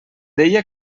deia